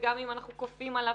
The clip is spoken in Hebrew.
וגם אם אנחנו כופים עליו.